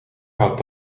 had